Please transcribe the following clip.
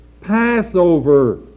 Passover